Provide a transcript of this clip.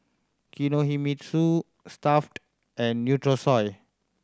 Kinohimitsu Stuff'd and Nutrisoy